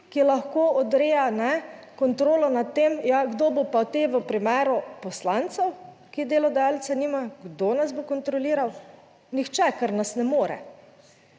ki lahko odreja kontrolo nad tem, ja kdo bo pa te v primeru poslancev, ki delodajalca nima. Kdo nas bo kontroliral? Nihče, kar nas ne more.